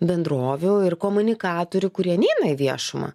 bendrovių ir komunikatorių kurie neina į viešumą